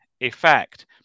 effect